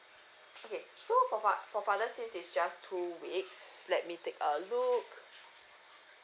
okay so for far~ for fathers since it's just two weeks let me take a look